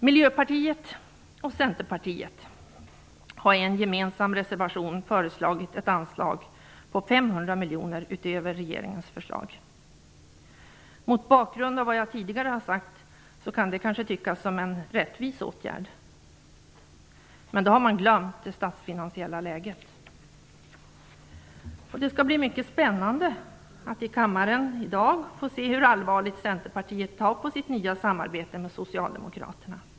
Miljöpartiet och Centerpartiet har i en gemensam reservation föreslagit ett anslag på 500 miljoner utöver regeringens förslag. Mot bakgrund av vad jag tidigare har sagt kan det kanske tyckas vara en rättvis åtgärd, men då har man glömt det statsfinansiella läget. Det skall bli mycket spännande att i kammaren i dag få se hur allvarligt Centerpartiet tar på sitt nya samarbete med Socialdemokraterna.